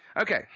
Okay